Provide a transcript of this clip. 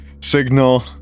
signal